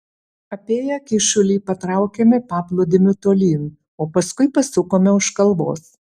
apėję kyšulį patraukėme paplūdimiu tolyn o paskui pasukome už kalvos